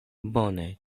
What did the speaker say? bone